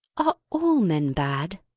are all men bad?